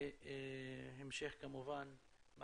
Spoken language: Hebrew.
להמשך מעקב ודיון.